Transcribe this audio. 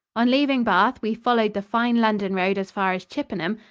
on leaving bath, we followed the fine london road as far as chippenham,